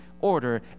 order